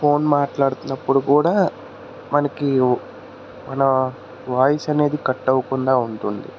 phone మాట్లాడుతున్నప్పుడు కూడా మనకి మన వాయిస్ అనేది కట్ అవ్వకుండా ఉంటుంది